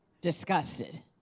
disgusted